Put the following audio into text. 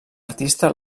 artista